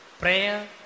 prayer